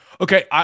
Okay